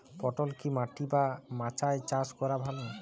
পটল কি মাটি বা মাচায় চাষ করা ভালো?